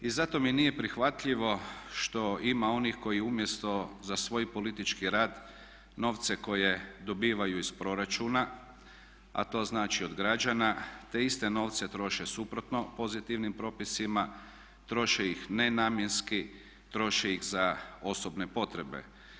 I zato mi nije prihvatljivo što ima onih koji umjesto za svoj politički rad novce koje dobivaju iz proračuna, a to znači od građana, te iste novce troše suprotno pozitivnim propisima, troše ih nenamjenski, troše ih za osobne potrebe.